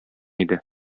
иде